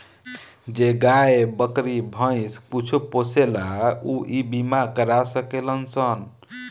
जे गाय, बकरी, भैंस कुछो पोसेला ऊ इ बीमा करा सकेलन सन